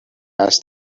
asked